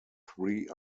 three